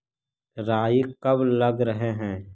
राई कब लग रहे है?